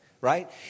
Right